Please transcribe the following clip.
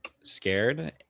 scared